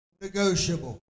negotiable